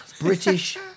British